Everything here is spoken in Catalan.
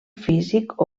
físic